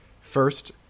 First